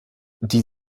die